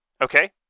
Okay